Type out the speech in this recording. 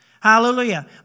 Hallelujah